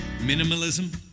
Minimalism